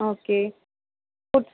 okay foods